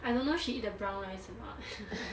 I don't know she eat the brown rice or not